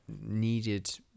needed